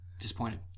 Disappointed